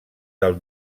del